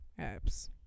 apps